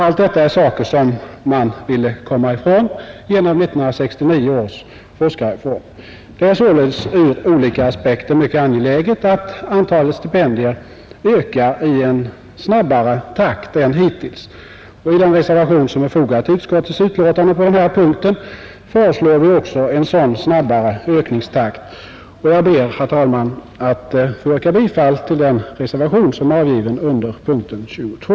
Allt detta är saker som man ville komma ifrån genom 1969 års forskarreform. Det är således ur olika aspekter mycket angeläget att antalet stipendier ökar i en snabbare takt än hittills. I den reservation som är fogad till utskottets betänkande på den här punkten föreslår vi också en sådan snabbare ökningstakt. Jag ber, herr talman, att få yrka bifall till reservationen 3, som är avgiven under punkten 22.